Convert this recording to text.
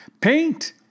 Paint